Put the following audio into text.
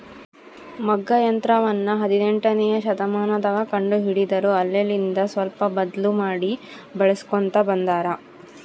ಮಗ್ಗ ಯಂತ್ರವನ್ನ ಹದಿನೆಂಟನೆಯ ಶತಮಾನದಗ ಕಂಡು ಹಿಡಿದರು ಅಲ್ಲೆಲಿಂದ ಸ್ವಲ್ಪ ಬದ್ಲು ಮಾಡಿ ಬಳಿಸ್ಕೊಂತ ಬಂದಾರ